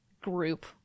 group